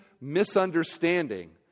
misunderstanding